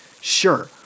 Sure